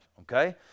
Okay